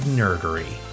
nerdery